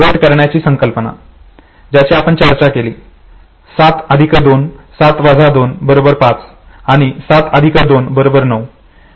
गट करण्याची संकल्पना ज्याची आपण चर्चा केली 7 2 7 - 2 बरोबर 5 आणि 7 2 बरोबर 9 होय